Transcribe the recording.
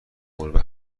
گربه